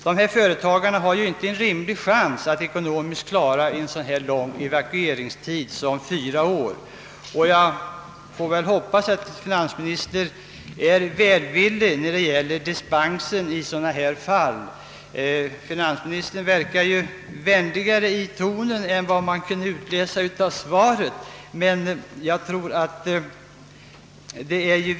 Dessa företagare har ingen rimlig chans att ekonomiskt klara en så lång evakueringstid som fyra år, och jag hoppas att finansministern kommer att vara välvillig när det gäller dispenser i sådana fall. Finansministern lät ju vänligare i tonen än jag kunde tro att han skulle göra, när jag läste det skriftliga interpellationssvaret. Herr talman!